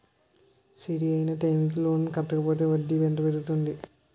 సరి అయినా టైం కి లోన్ కట్టకపోతే వడ్డీ ఎంత పెరుగుతుంది?